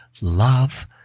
love